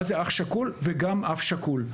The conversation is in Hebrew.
מה זה אח שכול וגם אב שכול.